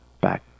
back